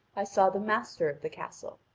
i saw the master of the castle.